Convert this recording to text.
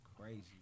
crazy